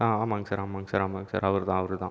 ஆமாங்க சார் ஆமாங்க சார் ஆமாங்க சார் அவர்தான் அவர்தான்